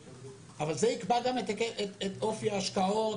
אבל זה גם יקבע את אופי ההשקעות.